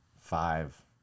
five